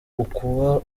ukuba